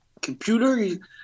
computer